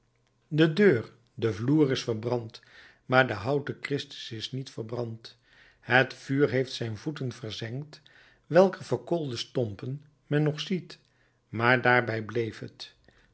de deur de vloer is verbrand maar de houten christus is niet verbrand het vuur heeft zijn voeten verzengd welker verkoolde stompen men nog ziet maar daarbij bleef het